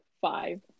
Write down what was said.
five